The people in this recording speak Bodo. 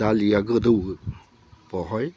दालिया गोदौवो बावहाय